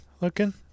looking